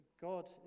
God